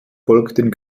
folgten